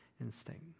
instinct